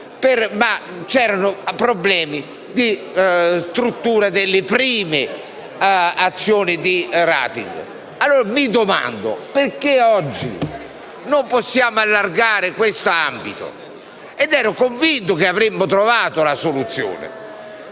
c'erano problemi di struttura delle prime azioni di *rating*. Mi domando, pertanto, perché oggi non possiamo ampliare quest'ambito. Ero convinto che avremmo trovato la soluzione.